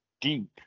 deep